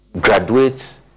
graduate